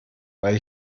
weil